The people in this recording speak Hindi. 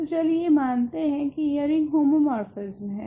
तो चलिए मानते है की यह रिंग होमोमोर्फिस्म है